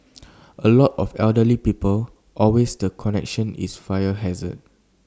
A lot of elderly people always the connection is fire hazard